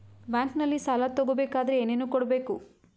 ಬ್ಯಾಂಕಲ್ಲಿ ಸಾಲ ತಗೋ ಬೇಕಾದರೆ ಏನೇನು ಕೊಡಬೇಕು?